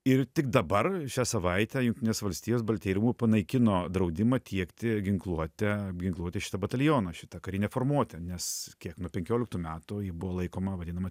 ir tik dabar šią savaitę jungtinės valstijos baltieji panaikino draudimą tiekti ginkluotę apginkluoti šitą batalioną šitą karinę formuotę nes kiek nuo penkioliktų metų ji buvo laikoma vadinama